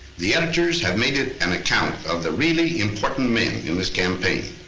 the editors have made it an account of the really important men in this campaign.